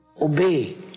obey